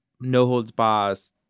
no-holds-bars